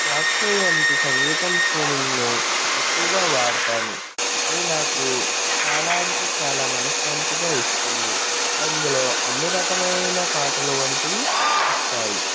Spotify వంటి సంగీతం స్ట్రీమింగ్ను ఎక్కువుగా వాడతాను అవి నాకు చాలా అంటే చాలా మనశాంతి ఇస్తుంది అందులో అన్ని రకమైన పాటలు వంటివి వస్తాయి